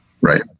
Right